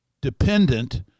dependent